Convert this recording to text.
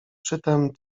przytem